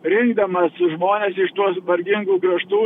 rinkdamas žmones iš tuos vargingų kraštų